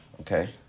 okay